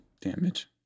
damage